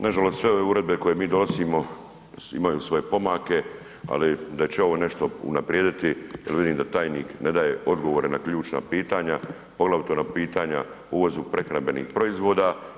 Nažalost sve ove uredbe koje mi donosimo imaju svoje pomake, ali da će ovo nešto unaprijediti jer vidim da tajnik ne daje odgovore na ključna pitanja, poglavito na pitanja uvozu prehrambenih proizvoda.